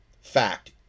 Fact